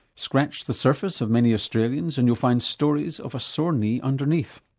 scratch the surface of many australians and you'll find stories of a sore knee underneath,